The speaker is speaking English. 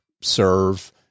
serve